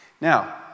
Now